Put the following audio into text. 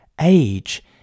Age